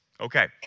Okay